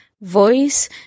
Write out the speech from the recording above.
voice